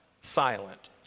Silent